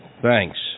Thanks